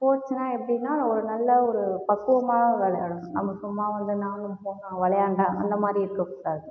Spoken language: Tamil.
ஸ்போர்ட்ஸ்னா எப்படின்னா ஒரு நல்ல ஒரு பக்குவமாக விளையாடணும் நம்ம சும்மா வந்து நான் போன விளையாண்ட அந்த மாரி இருக்கக்கூடாது